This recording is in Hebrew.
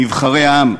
נבחרי העם.